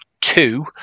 two